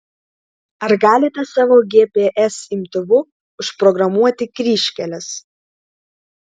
ar galite savo gps imtuvu užprogramuoti kryžkeles